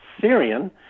Syrian